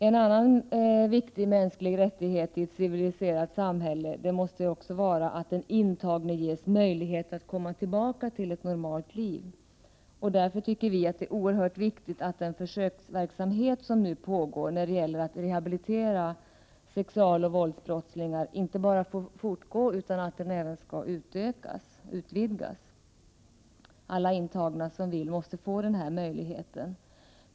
En annan viktig mänsklig rättighet i ett civiliserat samhälle måste vara att den intagne ges möjlighet att komma tillbaka till ett normalt liv. Därför tycker vi att det är oerhört viktigt att den försöksverksamhet som nu pågår när det gäller att rehabilitera sexualoch våldsbrottslingar inte bara får fortgå utan även utvidgas. Alla intagna som vill måste få den här möjligheten.